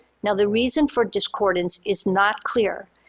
now, the reason for discordance is not clear,